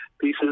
pieces